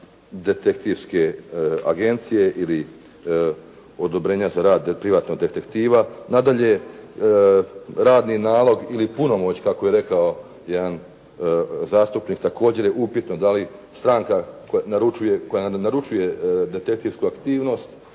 detektivske agencije ili odobrenja za rad privatnog detektiva. Nadalje, radni nalog ili punomoć, kako je rekao jedan zastupnik, također je upitno da li stranka naručuje, koja naručuje detektivsku aktivnost